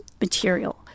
material